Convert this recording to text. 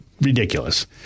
ridiculous